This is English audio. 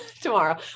tomorrow